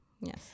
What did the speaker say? Yes